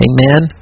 Amen